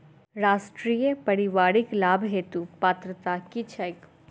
राष्ट्रीय परिवारिक लाभ हेतु पात्रता की छैक